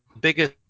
biggest